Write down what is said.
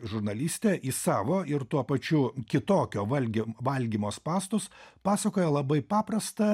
žurnalistę į savo ir tuo pačiu kitokio valgio valgymo spąstus pasakoja labai paprastą